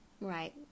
right